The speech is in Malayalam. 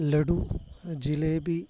ലഡ്ഡു ജിലേബി